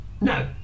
No